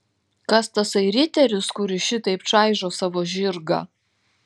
kas tasai riteris kuris šitaip čaižo savo žirgą